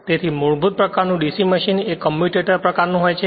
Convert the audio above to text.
તેથી મૂળભૂત પ્રકારનું DC મશીન એ કમ્યુટેટર પ્રકારનું હોય છે